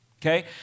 Okay